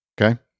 Okay